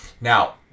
Now